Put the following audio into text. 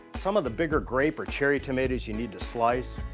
some of the bigger grape or cherry tomatoes, you need to slice.